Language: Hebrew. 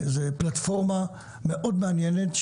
זוהי פלטפורמה מאוד מעניינת,